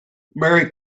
merry